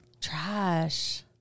Trash